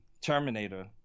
Terminator